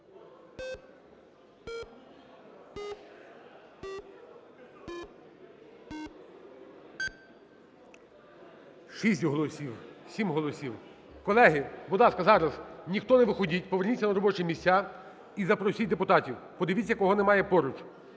Шість голосів… сім голосів. Колеги, будь ласка, зараз ніхто не виходьте, поверніться на робочі місця і запросіть депутатів, подивіться, кого немає поруч,